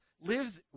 lives